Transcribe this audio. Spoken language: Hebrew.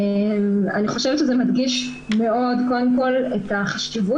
אני חושבת שזה מדגיש מאוד קודם כל את החשיבות